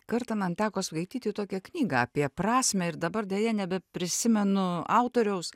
kartą man teko skaityti tokią knygą apie prasmę ir dabar deja nebeprisimenu autoriaus